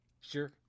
sure